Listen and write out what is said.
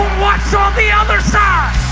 what's on the other side